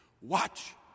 Watch